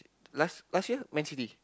last last year Man-City